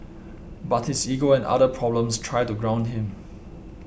but his ego and other problems try to ground him